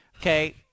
Okay